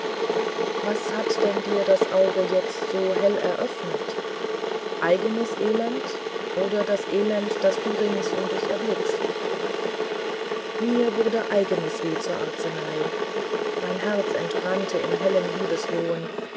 was hat denn dir das auge jetzt so hell geöffnet eigenes elend oder das elend das du rings um dich erblickst mir wurde eigenes weh zur arzenei mein herz entbrannte in hellem liebeslohen